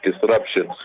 disruptions